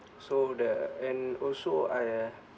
so the and also I uh